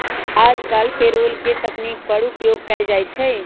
याजकाल पेरोल के तकनीक पर उपयोग कएल जाइ छइ